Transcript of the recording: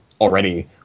already